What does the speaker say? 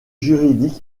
juridique